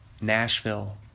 Nashville